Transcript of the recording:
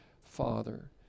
Father